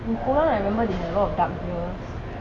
in poland I remember they have a lot of dark beers